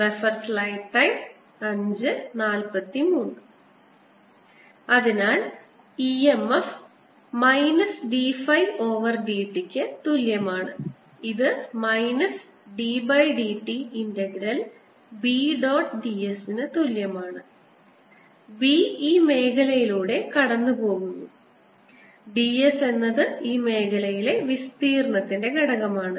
EMF dϕdt അതിനാൽ e m f minus d phi over d t ക്ക് തുല്യമാണ് ഇത് minus d d t integral B dot d s ന് തുല്യമാണ് B ഈ മേഖലയിലൂടെ കടന്നുപോകുന്നു d s എന്നത് ഈ മേഖലയിലെ വിസ്തീർണത്തിൻറെ ഘടകമാണ്